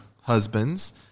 husbands